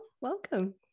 welcome